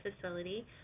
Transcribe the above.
facility